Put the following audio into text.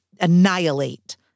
annihilate